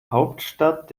hauptstadt